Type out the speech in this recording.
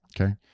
Okay